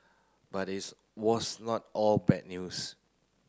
but it's was not all bad news